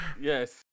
Yes